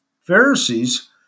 Pharisees